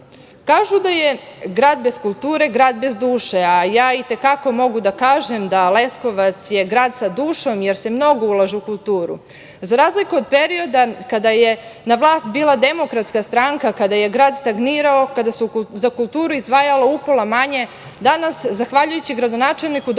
da je grad bez kulture, grad bez duše, a ja i te kako mogu da kažem da Leskovac je grad sa dušom jer se mnogo ulaže u kulturu. Za razliku od perioda kada je na vlasti bila DS, kada je grad stagnirao, kada se za kulturu izdvajalo upola manje, danas zahvaljujući gradonačelniku dr